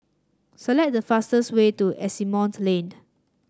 select the fastest way to Asimont Lane